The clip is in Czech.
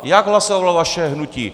Jak hlasovalo vaše hnutí?